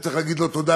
וצריך להגיד לו תודה,